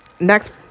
next